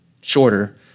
shorter